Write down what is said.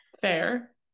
Fair